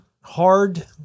hard